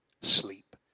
sleep